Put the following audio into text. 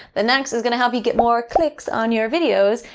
the next is gonna help you get more clicks on your videos.